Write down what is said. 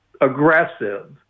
aggressive